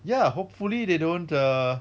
ya hopefully they don't uh